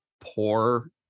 poor